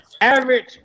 average